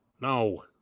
No